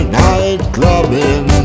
nightclubbing